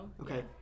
Okay